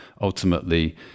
ultimately